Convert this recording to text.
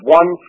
one